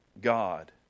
God